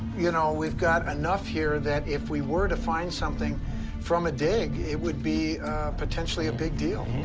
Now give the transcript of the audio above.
you know, we've got enough here that if we were to find something from a dig, it would be potentially a big deal.